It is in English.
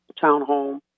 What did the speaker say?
townhome